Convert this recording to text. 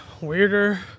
weirder